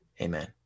Amen